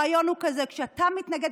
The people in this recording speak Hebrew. הרעיון הוא כזה: כשאתה מתנגד,